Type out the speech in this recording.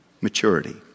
Maturity